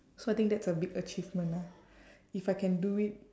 so I think that's a big achievement ah if I can do it